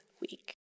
week